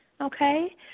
Okay